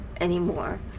anymore